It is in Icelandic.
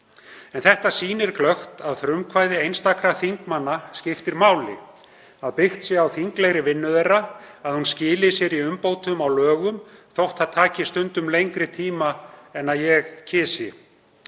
En þetta sýnir glöggt að frumkvæði einstakra þingmanna skiptir máli, að byggt sé á þinglegri vinnu þeirra, að hún skili sér í umbótum á lögum þótt það taki stundum lengri tíma en ég kysi.